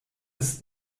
ist